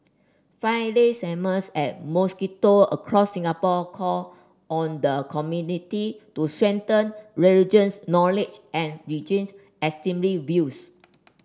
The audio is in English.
Friday sermons at mosquito across Singapore called on the community to strengthen religious knowledge and reject extremist views